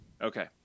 Okay